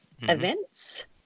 events